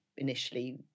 Initially